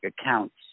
accounts